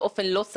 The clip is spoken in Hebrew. איתן כבל כמובן